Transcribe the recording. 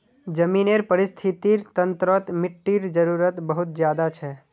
ज़मीनेर परिस्थ्तिर तंत्रोत मिटटीर जरूरत बहुत ज़्यादा छे